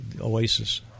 Oasis